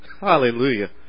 Hallelujah